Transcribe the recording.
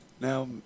Now